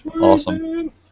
awesome